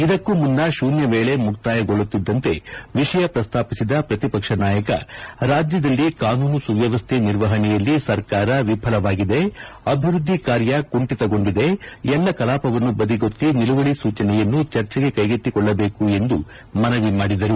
ಇದಕ್ಕೂ ಮುನ್ನ ಶೂನ್ಯ ವೇಳೆ ಮುಕ್ತಾಯಗೊಳ್ಳುತ್ತಿದ್ದಂತೆ ವಿಷಯ ಪ್ರಸ್ತಾಪಿಸಿದ ಪ್ರತಿಪಕ್ಷ ನಾಯಕ ರಾಜ್ಯದಲ್ಲಿ ಕಾನೂನು ಸುವ್ಯವಸ್ಥ ನಿರ್ವಹಣೆಯಲ್ಲಿ ಸರ್ಕಾರ ವಿಫಲವಾಗಿದೆ ಅಭಿವೃದ್ಧಿ ಕಾರ್ಯ ಕುಂಠಿತಗೊಂಡಿದೆ ಎಲ್ಲಾ ಕಲಾಪವನ್ನು ಬದಿಗೊತ್ತಿ ನಿಲುವಳಿ ಸೂಜನೆಯನ್ನು ಚರ್ಚೆಗೆ ಕೈಗೆತ್ತಿಕೊಳ್ಳಬೇಕು ಎಂದು ಮನವಿ ಮಾಡಿದರು